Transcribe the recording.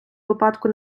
випадку